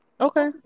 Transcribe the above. Okay